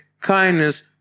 kindness